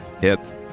hits